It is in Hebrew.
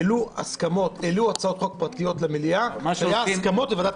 העלו הצעות חוק פרטיות למליאה והיו הסכמות בוועדת